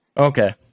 Okay